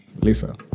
lisa